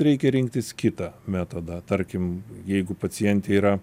reikia rinktis kitą metodą tarkim jeigu pacientė yra